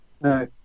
no